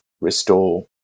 restore